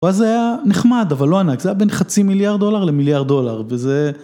אז זה היה נחמד, אבל לא ענק, זה היה בין חצי מיליארד דולר למיליארד דולר, וזה...